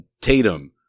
Tatum